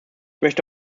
möchte